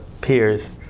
peers